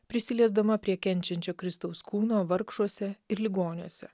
prisiliesdama prie kenčiančio kristaus kūno vargšuose ir ligoniuose